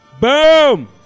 Boom